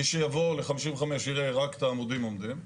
מי שיבוא ל-55 יראה רק את העמודים עומדים,